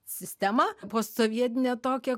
sistemą postsovietinę tokią